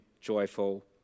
joyful